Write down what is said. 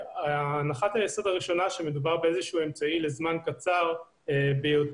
הנחת היסוד הראשונה היא שמדובר באמצעי לזמן קצר ביותר.